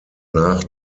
nach